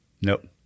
Nope